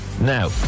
now